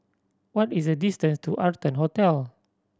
what is the distance to Arton Hotel